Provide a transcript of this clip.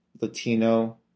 Latino